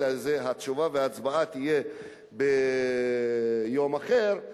אלא התשובה וההצבעה יהיו ביום אחר,